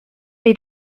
they